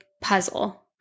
puzzle